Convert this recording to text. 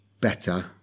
better